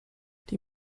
die